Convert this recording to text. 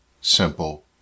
simple